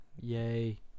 Yay